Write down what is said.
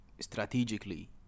strategically